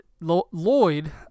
Lloyd